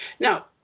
Now